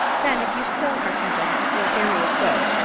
then, if you still are convinced your theory is good,